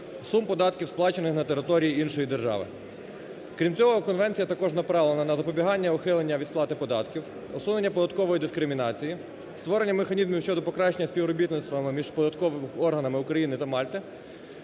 сум податків сплачених не території іншої держави. Крім цього Конвенція також наплавлена на запобігання ухилення від сплати податків, усунення податкової дискримінації, створення механізмів щодо покращення співробітництва між податковими органами України та Мальти